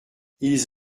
ils